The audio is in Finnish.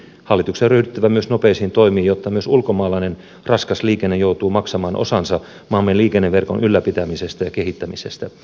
hallituksen on ryhdyttävä myös nopeisiin toimiin jotta myös ulkomaalainen raskas liikenne joutuu maksamaan osansa maamme liikenneverkon ylläpitämisestä ja kehittämisestä